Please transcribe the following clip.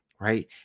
right